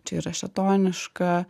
čia yra šėtoniška